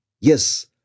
yes